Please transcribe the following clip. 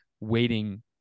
waiting